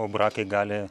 aubrakai gali